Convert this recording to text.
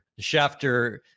Schefter